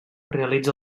realitza